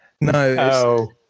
No